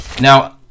Now